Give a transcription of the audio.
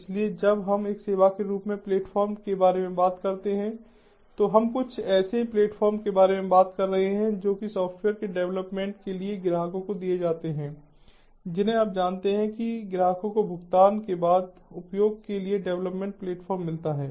इसलिए जब हम एक सेवा के रूप में प्लेटफ़ॉर्म के बारे में बात करते हैं तो हम कुछ ऐसे प्लेटफ़ॉर्म के बारे में बात कर रहे हैं जो सॉफ़्टवेयर के डेवलपमेंट के लिए ग्राहकों को दिए जाते हैं जिन्हें आप जानते हैं कि ग्राहकों को भुगतान के बाद उपयोग के लिए डेवलपमेंट प्लेटफ़ॉर्म मिलता है